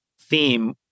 theme